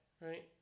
right